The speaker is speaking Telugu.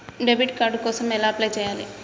డెబిట్ కార్డు కోసం ఎలా అప్లై చేయాలి?